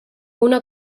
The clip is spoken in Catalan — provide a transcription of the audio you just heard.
una